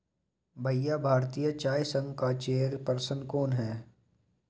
भैया भारतीय चाय संघ का चेयर पर्सन कौन है?